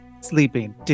sleeping